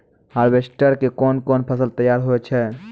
Harvester के कोन कोन फसल तैयार होय छै?